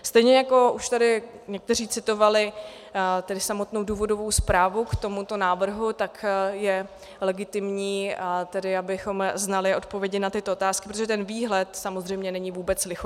Stejně jako už tady někteří citovali samotnou důvodovou zprávu k tomuto návrhu, tak je legitimní, abychom znali odpovědi na tyto otázky, protože ten výhled samozřejmě není vůbec lichotivý.